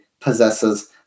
possesses